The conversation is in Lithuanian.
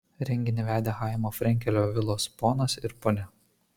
renginį vedė chaimo frenkelio vilos ponas ir ponia